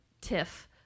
tiff